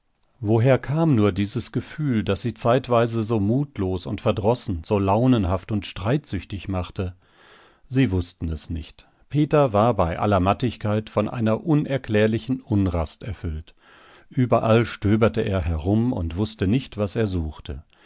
woher kam nur dieses gefühl das sie zeitweise so mutlos und verdrossen so launenhaft und streitsüchtig machte sie wußten es nicht peter war bei aller mattigkeit von einer unerklärlichen unrast erfüllt überall stöberte er herum und wußte nicht was er suchte